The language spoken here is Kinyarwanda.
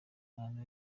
mihanda